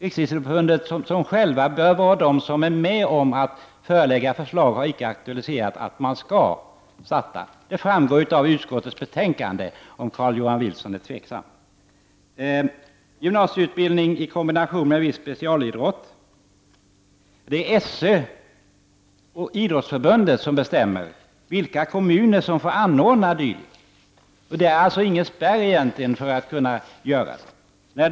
Förbundet, som ju bör vara med och framlägga förslag, har icke aktualiserat detta. Det framgår av utskottets betänkande, om Carl-Johan Wilson är tveksam. SÖ och Riksidrottsförbundet bestämmer vilka kommuner som får anordna gymnasieutbildningar i kombination med viss specialidrott.